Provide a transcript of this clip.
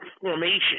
formation